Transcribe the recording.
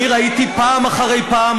אני ראיתי פעם אחרי פעם,